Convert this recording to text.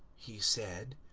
he said,